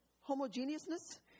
Homogeneousness